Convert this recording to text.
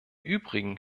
übrigen